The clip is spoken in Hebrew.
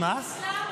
יובל,